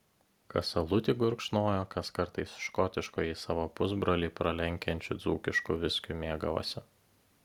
kas alutį gurkšnojo kas kartais škotiškąjį savo pusbrolį pralenkiančiu dzūkišku viskiu mėgavosi